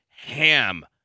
Ham